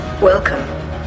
Welcome